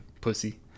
pussy